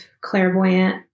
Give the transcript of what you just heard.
clairvoyant